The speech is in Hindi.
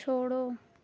छोड़ो